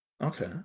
Okay